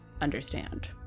understand